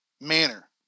manner